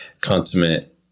consummate